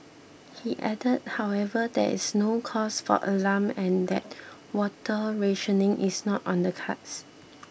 he added however that there is no cause for alarm and that water rationing is not on the cards